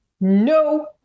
no